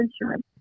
insurance